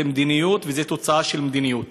זה מדיניות וזה תוצאה של מדיניות.